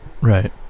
Right